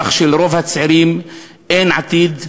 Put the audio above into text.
כך שלרוב הצעירים אין עתיד,